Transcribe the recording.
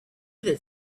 that